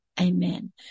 Amen